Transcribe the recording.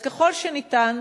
ככל שניתן